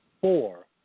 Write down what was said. four